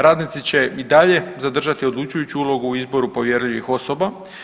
Radnici će i dalje zadržati odlučujuću ulogu u izboru povjerljivih osoba.